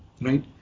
right